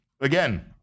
again